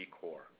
core